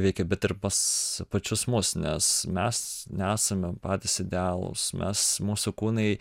veikia bet ir pas pačius mus nes mes nesame patys idealūs mes mūsų kūnai